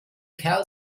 kerl